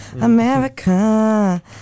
America